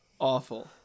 Awful